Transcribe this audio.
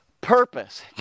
purpose